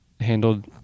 handled